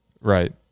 Right